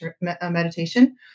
meditation